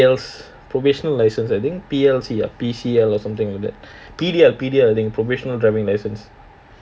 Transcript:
P_L provisional license I think P_L_C or P_C_L or something like that P_D_L P_D_L I think provisional driving license